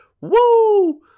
Woo